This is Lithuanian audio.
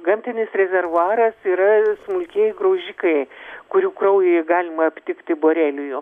gamtinis rezervuaras yra smulkieji graužikai kurių kraujyje galima aptikti borelijų